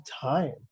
time